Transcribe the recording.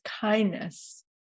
kindness